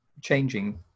changing